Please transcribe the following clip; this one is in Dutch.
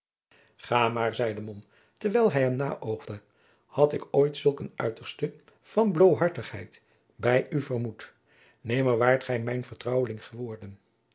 ga maar zeide mom terwijl hij hem naoogde had ik ooit zulk een uiterste van bloôhartigheid bij u vermoed nimmer waart gij mijn vertrouweling geworden